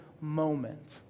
moment